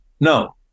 No